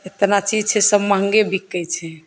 एतना चीज छै सभ महँगे बिकै छै